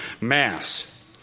mass